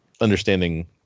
understanding